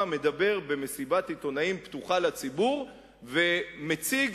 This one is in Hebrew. מדבר במסיבת עיתונאים פתוחה לציבור ומציג